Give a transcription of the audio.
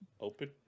Open